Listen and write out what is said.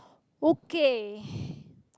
okay